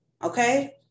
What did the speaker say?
Okay